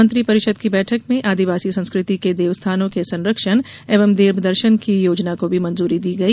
मंत्रि परिषद की बैठक में आदिवासी संस्कृति के देव स्थानों के संरक्षण एवं देव दर्शन की योजना को भी मंजूरी दी गई